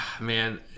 Man